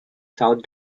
south